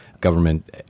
government